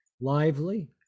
lively